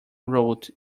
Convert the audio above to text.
route